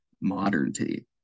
modernity